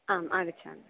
आम् आगच्छामि